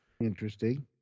interesting